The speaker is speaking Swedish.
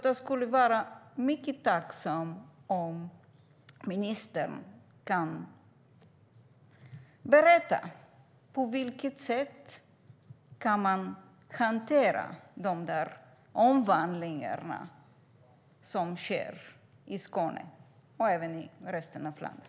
Jag skulle därför vara mycket tacksam om ministern kunde berätta på vilket sätt man kan hantera de omvandlingar som sker i Skåne och även i resten av landet.